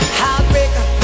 heartbreaker